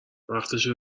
وقتشه